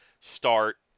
start